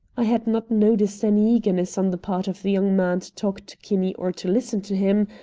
i had not noticed any eagerness on the part of the young man to talk to kinney or to listen to him,